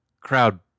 crowd